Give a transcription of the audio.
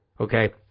okay